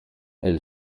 elle